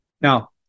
Now